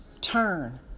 turn